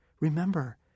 Remember